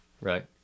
right